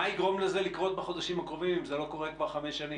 מה יגרום לזה לקרות בחודשים הקרובים אם זה לא קורה כבר חמש שנים?